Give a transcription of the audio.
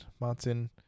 Martin